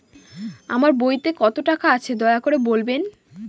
আমার বইতে কত টাকা আছে দয়া করে বলবেন?